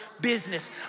business